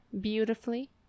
beautifully